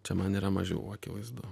čia man yra mažiau akivaizdu